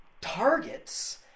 targets